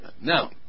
now